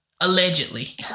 Allegedly